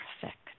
perfect